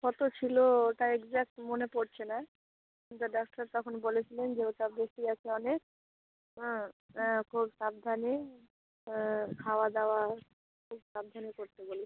কতো ছিলো ওটা একজ্যাক্ট মনে পড়ছে না ওটা ডাক্তার তখন বলেছিলেন যে ওটা বেশি আছে অনেক হাঁ অ্যাঁ খুব সাবধানে খাওয়া দাওয়া খুব সাবধানে করতে বলেছিলেন